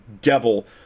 devil